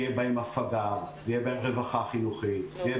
תהיה בהם רווחה חינוכית, יהיו